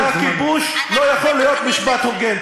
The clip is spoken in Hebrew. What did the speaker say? משפט הכיבוש לא יכול להיות משפט הוגן,